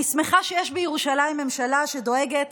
אני שמחה שיש בירושלים ממשלה שדואגת